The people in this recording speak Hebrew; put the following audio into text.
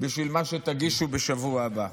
בשביל מה שתגישו בשבוע הבא.